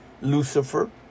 Lucifer